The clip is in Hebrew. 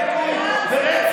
משטר הדיכוי והרצח.